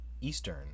eastern